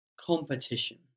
competition